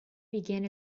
began